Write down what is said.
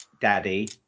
Daddy